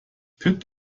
pit